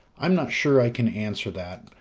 i'm not sure i can answer that,